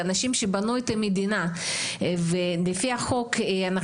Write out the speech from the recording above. זה אנשים שבנו את המדינה ולפי החוק אנחנו